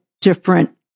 different